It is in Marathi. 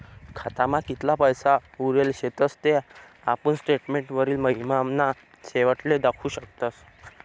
खातामा कितला पैसा उरेल शेतस ते आपुन स्टेटमेंटवरी महिनाना शेवटले दखु शकतस